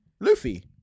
Luffy